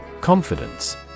Confidence